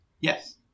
Yes